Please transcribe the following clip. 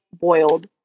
boiled